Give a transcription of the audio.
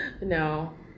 No